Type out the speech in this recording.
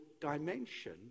dimension